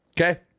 Okay